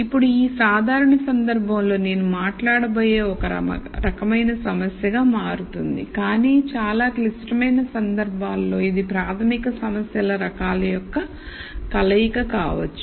ఇప్పుడు ఈ సాధారణ సందర్భంలో నేను మాట్లాడ బోయే ఒక రకమైన సమస్య గా మారుతుందికానీ చాలా క్లిష్టమైన సందర్భాలలో ఇది ప్రాథమిక సమస్యల రకాల యొక్క కలయిక కావచ్చు